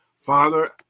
Father